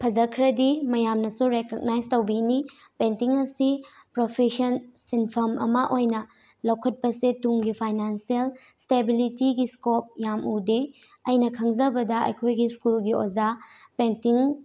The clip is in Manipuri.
ꯐꯖꯈ꯭ꯔꯗꯤ ꯃꯌꯥꯝꯅꯁꯨ ꯔꯤꯀꯛꯅꯥꯏꯖ ꯇꯧꯕꯤꯅꯤ ꯄꯦꯟꯇꯤꯡ ꯑꯁꯤ ꯄ꯭ꯔꯣꯐꯦꯁꯟ ꯁꯤꯟꯐꯝ ꯑꯃ ꯑꯣꯏꯅ ꯂꯧꯈꯠꯄꯁꯦ ꯇꯨꯡꯒꯤ ꯐꯥꯏꯅꯥꯟꯁꯦꯜ ꯏꯁꯇꯦꯕꯤꯂꯤꯇꯤꯒꯤ ꯏꯁꯀꯣꯞ ꯌꯥꯝ ꯎꯗꯦ ꯑꯩꯅ ꯈꯪꯖꯕꯗ ꯑꯩꯈꯣꯏꯒꯤ ꯁ꯭ꯀꯨꯜꯒꯤ ꯑꯣꯖꯥ ꯄꯦꯟꯇꯤꯡ